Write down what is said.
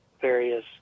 various